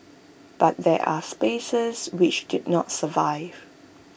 but there are spaces which did not survive